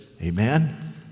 Amen